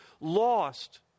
lost